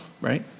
right